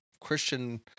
Christian